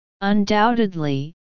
Undoubtedly